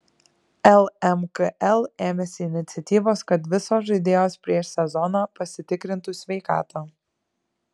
lmkl ėmėsi iniciatyvos kad visos žaidėjos prieš sezoną pasitikrintų sveikatą